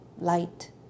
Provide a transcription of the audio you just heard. light